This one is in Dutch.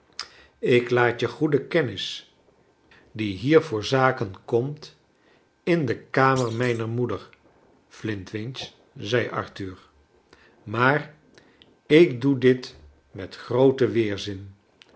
ik laat je goeden kennis die hier charles dickens voor zaken komt in de kamer mijner rnoeder flintwinch zei arthur maar ik doe dit met groat en weerzin